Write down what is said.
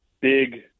big